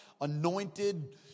anointed